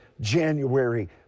January